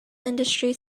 industry